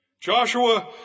Joshua